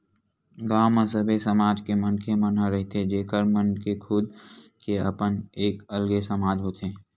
गाँव म सबे समाज के मनखे मन ह रहिथे जेखर मन के खुद के अपन एक अलगे समाज होथे